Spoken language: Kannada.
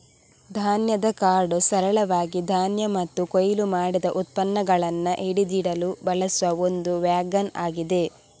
ಧಾನ್ಯದ ಕಾರ್ಟ್ ಸರಳವಾಗಿ ಧಾನ್ಯ ಮತ್ತು ಕೊಯ್ಲು ಮಾಡಿದ ಉತ್ಪನ್ನಗಳನ್ನ ಹಿಡಿದಿಡಲು ಬಳಸುವ ಒಂದು ವ್ಯಾಗನ್ ಆಗಿದೆ